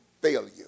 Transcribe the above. failure